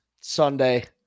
Sunday